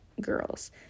girls